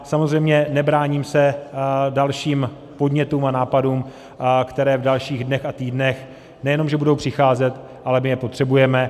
Samozřejmě se nebráním dalším podnětům a nápadům, které v dalších dnech a týdnech nejenom že budou přicházet, ale my je potřebujeme.